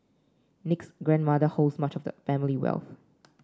Nick's grandmother holds much of the family wealth